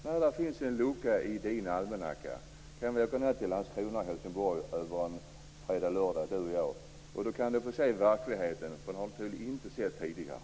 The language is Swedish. När det finns en lucka i Juan Fonsecas almanacka kan vi åka ned till Landskrona och Helsingborg över fredag och lördag, och då kan han få se verkligheten, som han tydligen inte har sett tidigare.